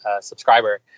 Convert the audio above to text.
subscriber